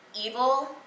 Evil